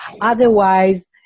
Otherwise